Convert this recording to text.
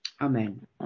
Amen